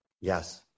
yes